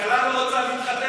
מה לעשות, הכלה לא רוצה להתחתן.